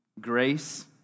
grace